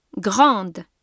grande